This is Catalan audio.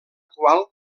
qual